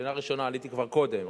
על השאלה הראשונה עניתי כבר קודם,